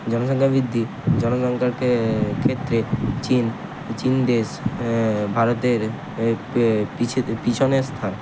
জনসংখ্যা বৃদ্ধি জনসংখ্যাকে ক্ষেত্রে চীন চীন দেশ ভারতের পিছেতে পিছনের স্থান